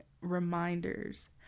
reminders